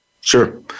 sure